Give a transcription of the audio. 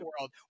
world